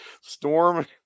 Storm